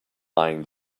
eyeing